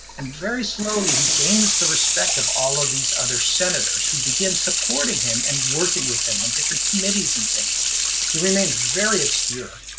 and very slowly, he gains the respect of all of these other senators, who begin supporting him and working with him on different committees and things he remains very obscure.